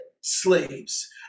slaves